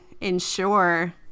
ensure